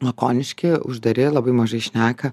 lakoniški uždari labai mažai šneka